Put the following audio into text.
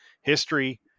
history